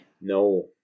No